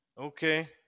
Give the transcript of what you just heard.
Okay